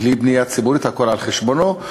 בלי בנייה ציבורית והכול על חשבונו.